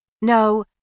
No